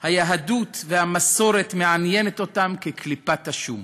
היהדות והמסורת מעניינות אותם כקליפת השום.